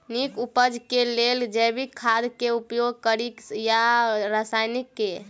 नीक उपज केँ लेल जैविक खाद केँ उपयोग कड़ी या रासायनिक केँ?